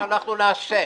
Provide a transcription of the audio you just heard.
אנחנו נעשה,